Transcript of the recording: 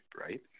right